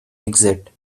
exit